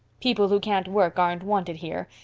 people who can't work aren't wanted here.